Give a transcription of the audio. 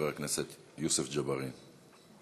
חבר הכנסת יוסף ג'בארין.